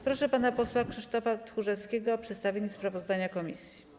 Proszę pana posła Krzysztofa Tchórzewskiego o przedstawienie sprawozdania komisji.